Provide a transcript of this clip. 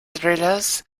thrillers